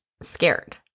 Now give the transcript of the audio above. scared